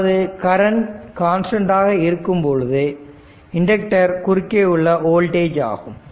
அதாவது current constant ஆக இருக்கும் பொழுது இண்டக்டர் குறுக்கே உள்ள வோல்டேஜ் 0 ஆகும்